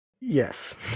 Yes